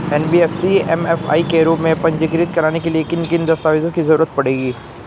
NBFC MFI के रूप में पंजीकृत कराने के लिए किन किन दस्तावेजों की जरूरत पड़ेगी?